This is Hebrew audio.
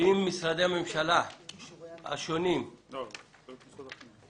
אם למשרדי הממשלה השונים או לשלטון המקומי יש מה להודיע לנו לפני הדיון,